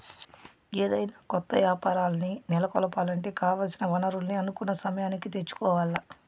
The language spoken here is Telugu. ఏదైనా కొత్త యాపారాల్ని నెలకొలపాలంటే కావాల్సిన వనరుల్ని అనుకున్న సమయానికి తెచ్చుకోవాల్ల